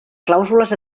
clàusules